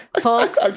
Folks